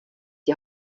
die